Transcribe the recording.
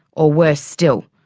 or worse still,